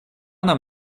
нам